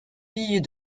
billes